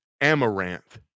amaranth